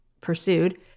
pursued